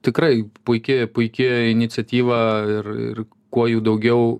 tikrai puiki puiki iniciatyva ir ir kuo jų daugiau